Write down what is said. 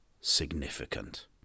significant